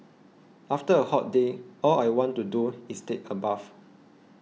after a hot day all I want to do is take a bath